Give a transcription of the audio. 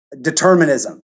determinism